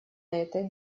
этой